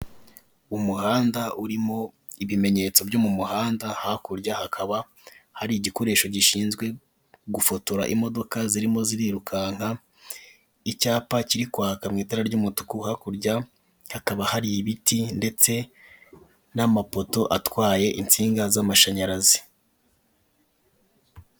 Umuhanda urimo ibimenyeto by'umuhanda, hakurya hakaba hari igikoresho gishinzwe gufotora imodoka zirimo zirirukanka. Icyapa kirimo kwaka mu itara ry'umutuku hakurya hakaba hari ibiti ndetse n'amapoto atwaye insinga z'amashanyarazi.